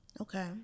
Okay